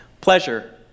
Pleasure